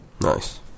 Nice